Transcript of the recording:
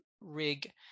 rig